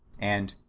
and,